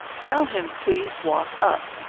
tell him, please walk up.